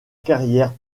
carrière